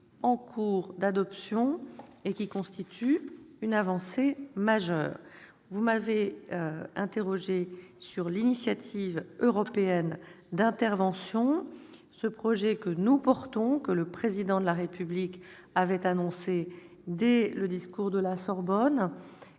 en cours d'adoption et qui constitue une avancée majeure. Vous m'avez interrogée sur l'initiative européenne d'intervention. Ce projet que nous portons, et que le Président de la République avait annoncé dès le discours de la Sorbonne,